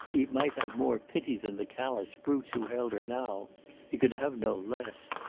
he might have more pity than the callous brutes who held her now he could have no less.